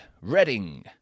Reading